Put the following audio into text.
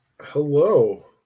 hello